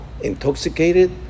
intoxicated